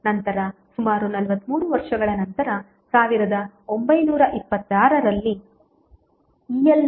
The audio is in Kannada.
ನಂತರ ಸುಮಾರು 43 ವರ್ಷಗಳ ನಂತರ 1926 ರಲ್ಲಿ ಇಎಲ್E